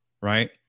right